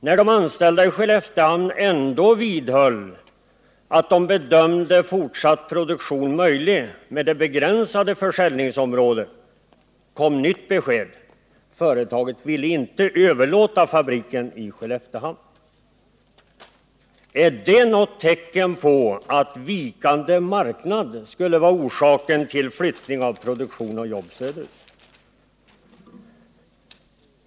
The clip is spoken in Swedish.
När de anställda i Skelleftehamn ändå vidhöll att de bedömde fortsatt produktion möjlig med det begränsade försäljningsområdet kom nytt besked: Företaget ville inte överlåta fabriken i Skelleftehamn. Är det något tecken på att vikande marknad skulle vara orsaken till flyttning av produktion och jobb söderut?